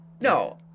No